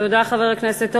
תודה, חבר הכנסת הורוביץ.